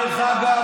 דרך אגב,